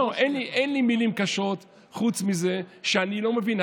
לא, אין לי מילים קשות, חוץ מזה שאני לא מבין.